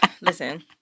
Listen